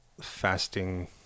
fasting